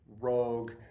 rogue